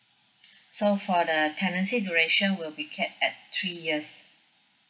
so for the tenancy duration will be capped at three years